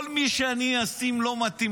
שמצאנו פרופסור בית"רי.